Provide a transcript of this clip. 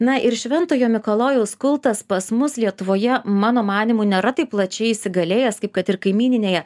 na ir šventojo mikalojaus kultas pas mus lietuvoje mano manymu nėra taip plačiai įsigalėjęs kaip kad ir kaimyninėje